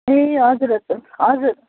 ए हजुर हजुर हजुर